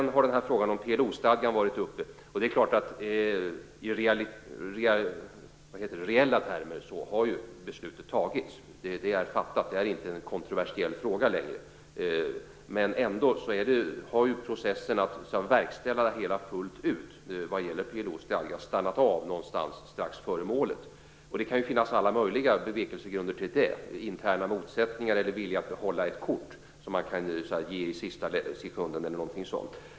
Frågan om PLO-stadgan har varit uppe. I reella termer har ju beslutet fattats. Det är inte längre en kontroversiell fråga. Men ändå har processen att verkställa PLO:s stadga fullt ut stannat av någonstans strax före målet. Det kan ju finnas alla möjliga bevekelsegrunder till detta, t.ex. interna motsättningar, vilja att behålla ett kort som man kan ge i sista sekunden eller annat.